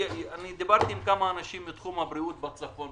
דיברתי עם כמה אנשים בתחום הבריאות בצפון,